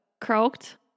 croaked